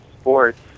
sports